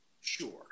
sure